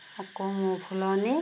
আকৌ ফুলনি